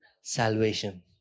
salvation